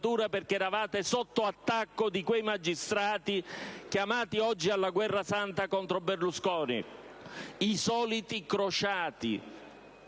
perché eravate sotto attacco da parte di quei magistrati chiamati oggi alla guerra santa contro Berlusconi; i soliti crociati,